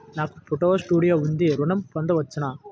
నాకు photo studio ఉంది ఋణం పొంద వచ్చునా?